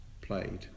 played